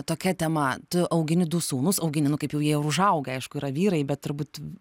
tokia tema tu augini du sūnus augini nu kaip jau jie užaugę aišku yra vyrai bet turbūt